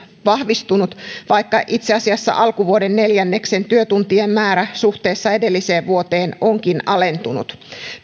vahvistunut vaikka itse asiassa alkuvuoden neljänneksen työtuntien määrä suhteessa edelliseen vuoteen onkin alentunut